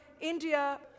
India